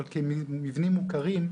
אבל מבנים מוכרים,